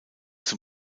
zum